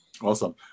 Awesome